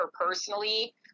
personally